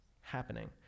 happening